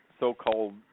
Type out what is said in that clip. So-called